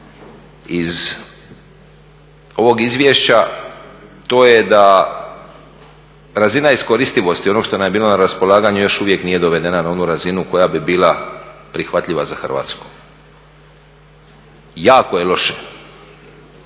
iz ovog izvješća to je da razina iskoristivosti onog što nam je bilo na raspolaganju još uvijek nije dovedena na onu razinu koja bi bila prihvatljiva za Hrvatsku. Jako je loše